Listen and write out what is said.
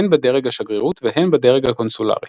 הן בדרג השגרירות והן בדרג הקונסולרי.